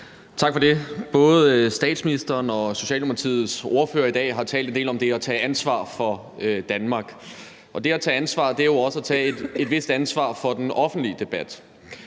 Tak for det. Både statsministeren og Socialdemokratiets ordfører har i dag talt en del om det at tage ansvar for Danmark. Og det at tage ansvar er jo også at tage et vist ansvar for den offentlige debat.